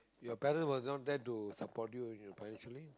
your parent were not there to support you and your financially